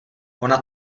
ona